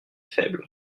faible